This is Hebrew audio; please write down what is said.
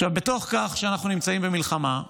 בתוך כך, כשאנחנו נמצאים במלחמה,